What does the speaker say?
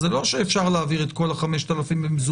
אז זה לא שאפשר להעביר את כל 5,000 במזומן,